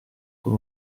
con